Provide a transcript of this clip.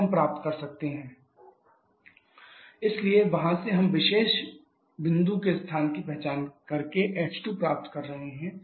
तो हम प्राप्त कर सकते हैं h1hg014 MPa और s1sg014 MPa जोकि s2के बराबर है s1sg014 MPas2 इसलिए वहाँ से हम इस विशेष बिंदु के स्थान की पहचान करके h2 प्राप्त कर रहे हैं